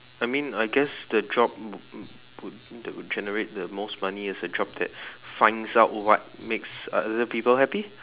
I mean I guess the job would that would generate the most money is a job that finds out what makes other people happy